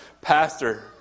pastor